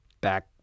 back